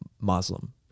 Muslim